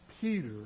Peter